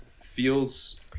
feels